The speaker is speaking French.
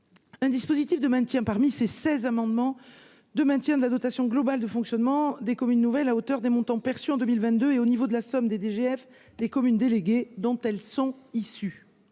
Un dispositif de maintien parmi ces 16 amendements de maintien de la dotation globale de fonctionnement des communes nouvelles à hauteur des montants perçus en 2000 22 et au niveau de la somme des DGF des communes déléguées dont elles sont issues,